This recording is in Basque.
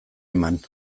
eman